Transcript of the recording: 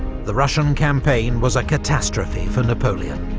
the russian campaign was a catastrophe for napoleon.